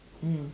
mm